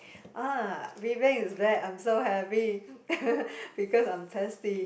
ah Vivian is back I'm so happy because I'm thirsty